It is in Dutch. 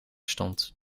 stond